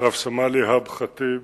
רב-סמל איהאב ח'טיב